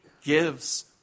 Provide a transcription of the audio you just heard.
gives